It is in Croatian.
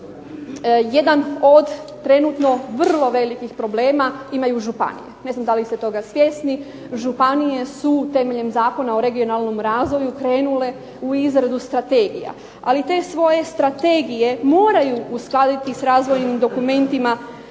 Jedan od trenutno vrlo velikih problema imaju županije. Ne znam da li ste toga svjesni. Županije su temeljem Zakona o regionalnom razvoju krenule u izradu strategija. Ali te svoje strategije moraju uskladiti sa razvojnim dokumentima,